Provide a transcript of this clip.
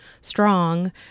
strong